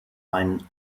einen